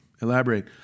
Elaborate